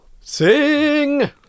Sing